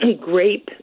grape